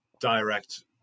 direct